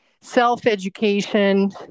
self-education